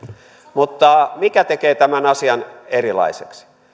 mutta mikä tekee tämän asian erilaiseksi